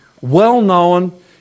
well-known